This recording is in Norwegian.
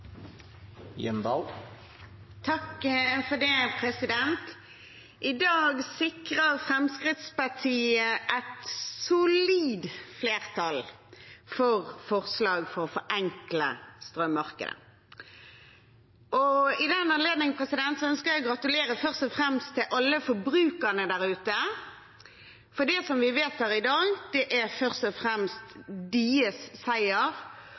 I dag sikrer Fremskrittspartiet et solid flertall for forslag om å forenkle strømmarkedet. I den anledning ønsker jeg å gratulere først og fremst alle forbrukerne der ute, for det vi vedtar i dag, er først og fremst deres seier